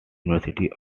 university